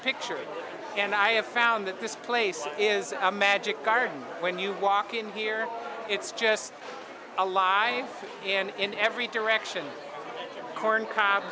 picture and i have found that this place is a magic garden when you walk in here it's just a lie and in every direction cornco